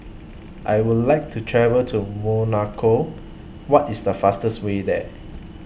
I Would like to travel to Monaco What IS The fastest Way There